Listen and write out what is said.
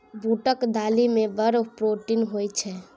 बूटक दालि मे बड़ प्रोटीन होए छै